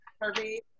Herbie